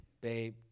babe